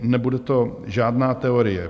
Nebude to žádná teorie.